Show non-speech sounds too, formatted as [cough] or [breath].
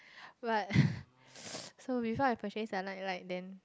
but [breath] [noise] so before I purchase their night light then